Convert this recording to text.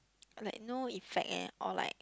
like no effect eh or like